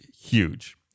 huge